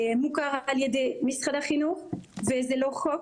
מוכר על ידי משרד החינוך, וזה לא חוק.